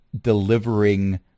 delivering